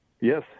Yes